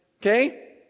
okay